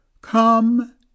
Come